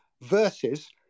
versus